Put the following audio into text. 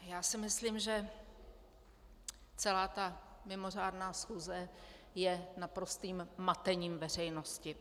Já si myslím, že celá ta mimořádná schůze je naprostým matením veřejnosti.